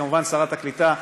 כמובן, שרת הקליטה,